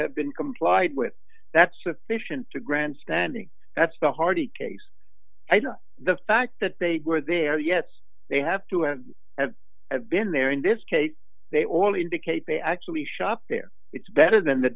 have been complied with that's for a patient to grandstanding that's the hardy case the fact that they were there yes they have to have been there in this case they all indicate they actually shop there it's better than the